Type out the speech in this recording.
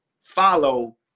follow